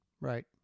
Right